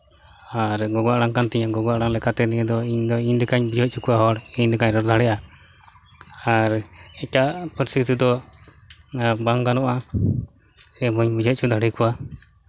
ᱟᱨ ᱜᱚᱜᱚ ᱟᱲᱟᱝ ᱠᱟᱱ ᱛᱤᱧᱟᱹ ᱜᱚᱜᱚ ᱟᱲᱟᱝ ᱞᱮᱠᱟᱛᱮ ᱱᱤᱭᱟᱹ ᱫᱚ ᱤᱧᱫᱚ ᱤᱧ ᱞᱮᱠᱟᱧ ᱵᱩᱡᱷᱟᱹᱣ ᱦᱚᱪᱚ ᱠᱚᱣᱟ ᱦᱚᱲ ᱤᱧ ᱞᱮᱠᱟᱧ ᱨᱚᱲ ᱫᱟᱲᱮᱭᱟᱜᱼᱟ ᱟᱨ ᱮᱴᱟᱜ ᱯᱟᱹᱨᱥᱤ ᱛᱮᱫᱚ ᱵᱟᱝ ᱜᱟᱱᱚᱜᱼᱟ ᱥᱮ ᱵᱟᱹᱧ ᱵᱩᱡᱷᱟᱹᱣ ᱦᱚᱪᱚ ᱫᱟᱲᱮ ᱟᱠᱚᱣᱟ